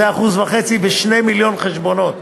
זה 1.5%, ו-2 מיליון חשבונות.